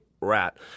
rat